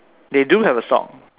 they do have a stock